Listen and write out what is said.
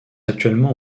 actuellement